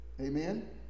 Amen